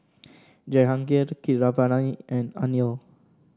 Jehangirr Keeravani and Anil